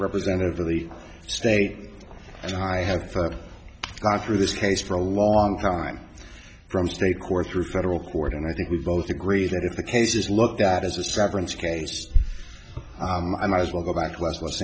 representative of the state and i have thought through this case for a long time from stake or through federal court and i think we both agree that if the case is looked at as a severance case i might as well go back west los